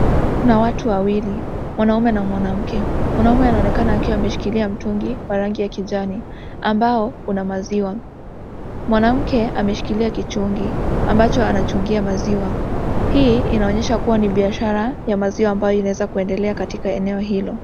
Kuna watu wawili; mwanaume na mwanamke. Mwanaume anaonekana akiwa ameshikilia mtungi wa rangi ya kijani ambao una maziwa. Mwanamke ameshikilia kichungi ambacho anachungia maziwa. Hii inaonyesha kua ni biashara ya maziwa ambayo inaweza kuendelea katika eneo hilo.